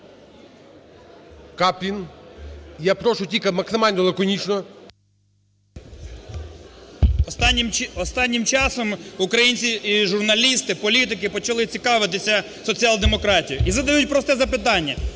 Каплін. Я прошу тільки максимально лаконічно. 17:39:08 КАПЛІН С.М. Останнім часом українці і журналісти, політики почали цікавитися соціал-демократією. І задають просте запитання: